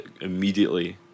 immediately